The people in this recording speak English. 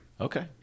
Okay